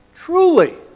Truly